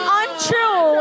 untrue